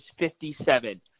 57